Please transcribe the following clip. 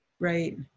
Right